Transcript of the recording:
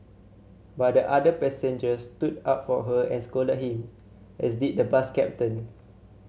but the other passengers stood up for her and scolded him as did the bus captain